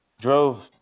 drove